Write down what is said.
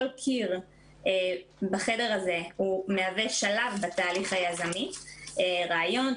כל קיר בחדר הזה מהווה שלב בתהליך היזמי: רעיון,